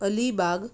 Alibag